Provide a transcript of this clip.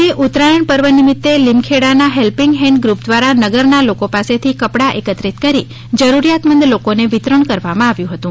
આજે ઉતરાયણ પર્વનિમિત્તે લીમખેડાના હેલ્પીન્ગ હેન્ડ ગ્રુપ દ્વારા નગરના લોકો પાસેથી કપડા એકત્રીત કરી જરૂરિયાતમંદ લોકોને વિતરણ કરવામાં આવ્યું હતુ